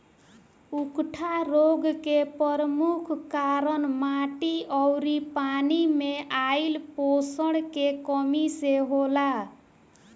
उकठा रोग के परमुख कारन माटी अउरी पानी मे आइल पोषण के कमी से होला